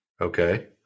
Okay